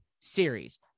series